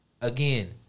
Again